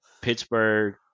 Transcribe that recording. Pittsburgh